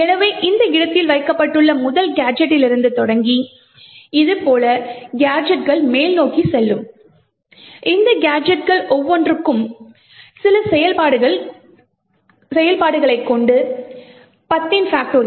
எனவே இந்த இடத்தில் வைக்கப்பட்டுள்ள முதல் கேஜெட்களிலிருந்து தொடங்கி இது போல கேஜெட்கள் மேல்நோக்கி செல்லும் இந்த கேஜெட்கள் ஒவ்வொன்றும் சில செயல்பாடுகளைக் கொண்டு 10